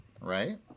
right